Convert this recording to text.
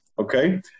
okay